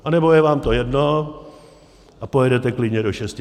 Anebo je vám to jedno a pojedete klidně do 600.